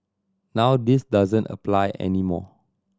now this doesn't apply any more